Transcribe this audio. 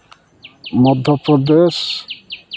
Madhya Pradesh